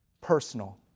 personal